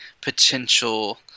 potential